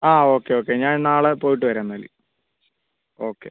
okay okay ഞാൻ നാളെ പോയിട്ട് വരാം എന്നാൽ ഓക്കെ